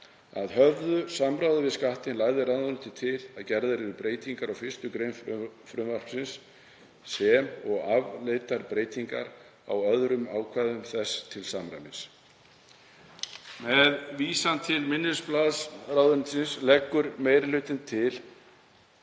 Að höfðu samráði við Skattinn lagði ráðuneytið til að gerðar yrðu breytingar á 1. gr. frumvarpsins, sem og afleiddar breytingar á öðrum ákvæðum þess til samræmis. Með vísan til minnisblaðs ráðuneytisins leggur meiri hlutinn til